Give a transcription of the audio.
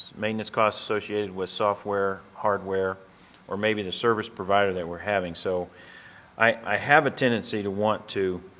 maintenance cost associated with software, hardware or maybe the service provider that we are having. so i have a tendency to want to